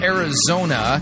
Arizona